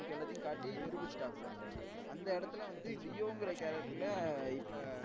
நமக்கு எல்லாத்தையும் காட்டி நிரூபிச்சிட்டாப்ல அந்த இடத்துல வந்து லியோன்கிற கேரக்டரில் இப்போ